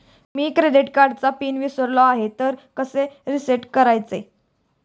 मी credit कार्डचा pin विसरलो आहे तर कसे रीसेट करायचे?